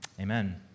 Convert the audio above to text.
Amen